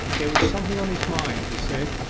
there was something on his mind, he said,